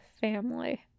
family